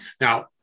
Now